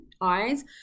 eyes